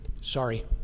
Sorry